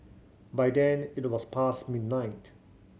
by then it was past midnight